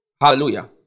Hallelujah